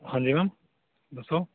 ਹਾਂਜੀ ਮੈਮ ਦੱਸੋ